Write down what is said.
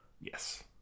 Yes